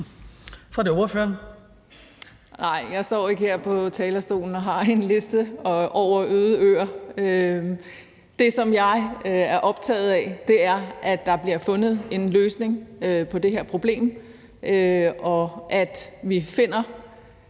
Så er det ordføreren.